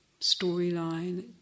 storyline